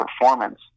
performance